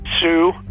sue